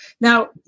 Now